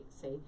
say